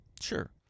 Sure